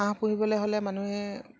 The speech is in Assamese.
হাঁহ পুহিবলে হ'লে মানুহে